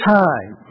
time